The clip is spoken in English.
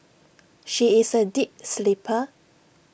she is A deep sleeper